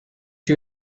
you